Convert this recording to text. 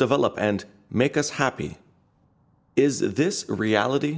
develop and make us happy is this a reality